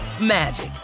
magic